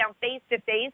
face-to-face